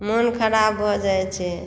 मोन खराब भऽ जाइत छै